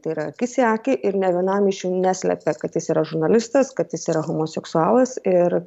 tai yra akis į akį ir nė vienam iš jų neslepia kad jis yra žurnalistas kad jis yra homoseksualas ir